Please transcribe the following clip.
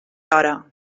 hora